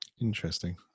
Interesting